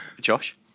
Josh